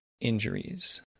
injuries